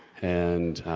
and,